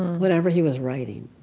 whatever he was writing,